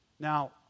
Now